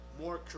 more